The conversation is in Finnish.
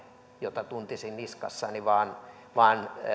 jota tuntisin niskassani vaan vaan